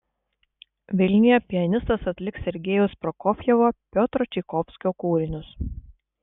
vilniuje pianistas atliks sergejaus prokofjevo piotro čaikovskio kūrinius